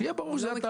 שיהיה ברור לכל.